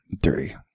Dirty